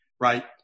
right